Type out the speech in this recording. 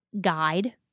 guide